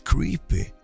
Creepy